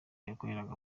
yakoreraga